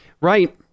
Right